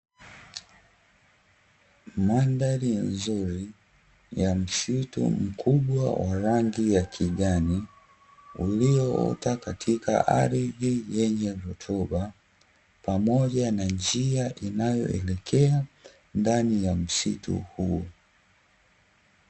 Mandhari nzuri ya msitu mkubwa wa rangi ya kijani, ulioota katika ardhi yenye rutuba pamoja na njia inayoelekea ndani ya msitu huo.